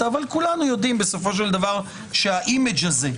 אבל כולנו יודעים בסופו של דבר שהאימג' הזה,